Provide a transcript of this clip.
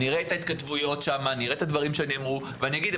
אני אראה שם את ההתכתבויות ואת הדברים שנאמרו ואגיד,